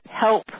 help